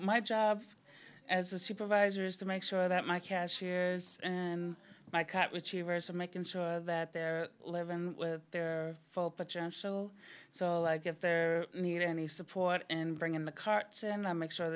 my job as a supervisor is to make sure that my cashiers and my cat whichever's are making sure that they're living with their full potential so like if they're needed any support and bring in the carts and i make sure